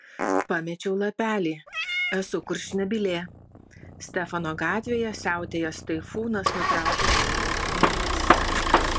pamečiau lapelį esu kurčnebylė stefano gatvėje siautėjęs taifūnas nutraukė telefono linijas